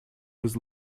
was